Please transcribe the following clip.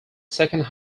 second